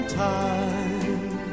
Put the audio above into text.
time